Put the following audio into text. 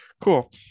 cool